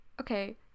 okay